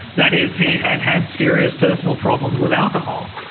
that is, he had had serious personal problems with alcohol,